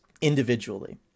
individually